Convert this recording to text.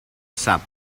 sap